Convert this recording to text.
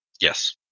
Yes